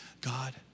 God